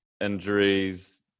injuries